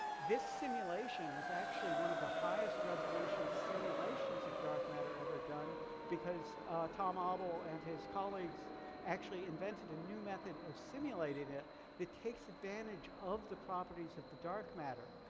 this simulation is actually one of the highest resolution simulations of dark matter ever done because tom ah and his colleagues actually invented a new method of simulating it that takes advantage of the properties of the dark matter,